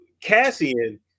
Cassian